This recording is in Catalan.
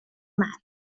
mar